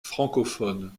francophone